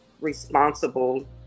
responsible